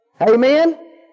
Amen